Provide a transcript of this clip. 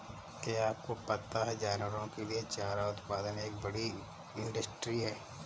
क्या आपको पता है जानवरों के लिए चारा उत्पादन एक बड़ी इंडस्ट्री है?